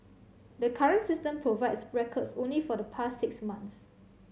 the current system provides records only for the past six months